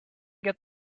get